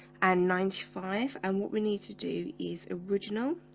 and ninety five and what we need to do is original?